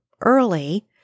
early